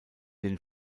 den